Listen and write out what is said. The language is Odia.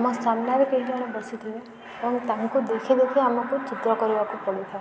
ଆମ ସାମ୍ନାରେ କେହିଜଣେ ବସିଥିବେ ଏବଂ ତାଙ୍କୁ ଦେଖି ଦେଖି ଆମକୁ ଚିତ୍ର କରିବାକୁ ପଡ଼ିଥାଏ